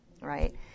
right